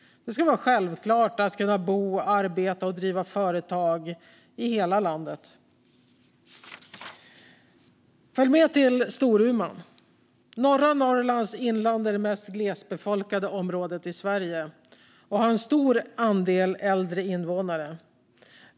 Det ska vara självklart att kunna bo, arbeta och driva företag i hela landet. Följ med till Storuman! Norra Norrlands inland är det mest glesbefolkade området i Sverige och har en stor andel äldre invånare.